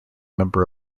member